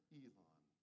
Elon